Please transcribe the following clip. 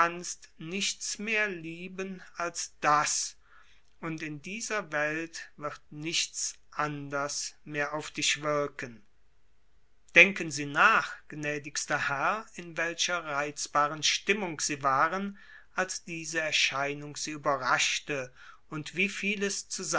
nichts mehr lieben als das und in dieser welt wird nichts anders mehr auf dich wirken denken sie nach gnädigster herr in welcher reizbaren stimmung sie waren als diese erscheinung sie überraschte und wie vieles